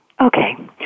Okay